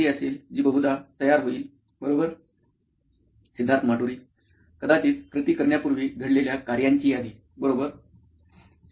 सिद्धार्थ माटुरी मुख्य कार्यकारी अधिकारी नॉइन इलेक्ट्रॉनिक्स कदाचित कृती करण्यापूर्वी घडलेल्या कार्यांची यादी बरोबर